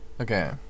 okay